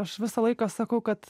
aš visą laiką sakau kad